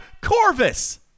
Corvus